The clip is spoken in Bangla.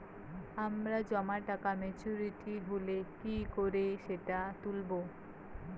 আমার জমা টাকা মেচুউরিটি হলে কি করে সেটা তুলব?